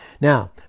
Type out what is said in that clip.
Now